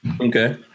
Okay